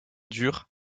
dure